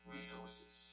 Resources